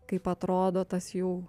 kaip atrodo tas jų